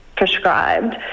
Prescribed